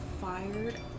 fired